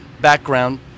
background